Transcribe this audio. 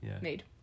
made